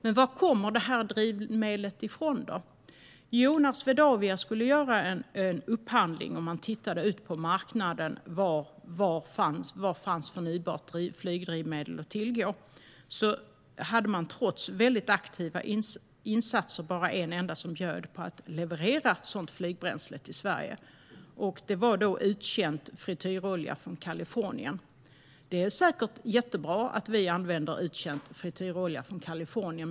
Men varifrån kommer detta drivmedel? Jo, när Swedavia skulle göra en upphandling tittade man på marknaden. Var fanns förnybart flygdrivmedel att tillgå? Trots väldigt aktiva insatser var det bara en enda som erbjöd sig att leverera sådant flygbränsle till Sverige. Det var uttjänt frityrolja från Kalifornien. Det är säkert jättebra att vi använder uttjänt frityrolja från Kalifornien.